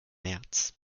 märz